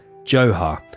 Johar